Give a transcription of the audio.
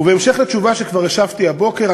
ובהמשך לתשובה שכבר השבתי הבוקר,